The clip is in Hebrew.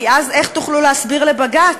כי אז איך תוכלו להסביר לבג"ץ,